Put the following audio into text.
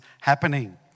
happening